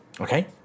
Okay